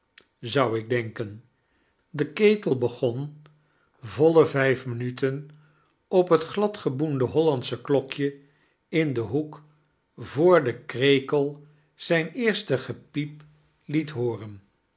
zou ik denken de ketel begon voile vijf minuten op het glad geboende hollandsche klokje in den hoek voor den krekel zijn eerste gepdep liet hooren